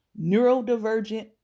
neurodivergent